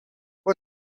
what